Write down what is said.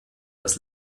das